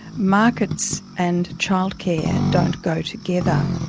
markets and childcare don't go together.